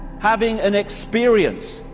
having an experience.